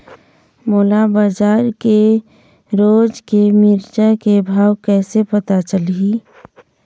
मोला बजार के रोज के मिरचा के भाव कइसे पता चलही?